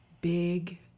Big